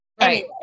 Right